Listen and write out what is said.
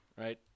right